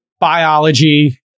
biology